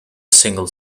single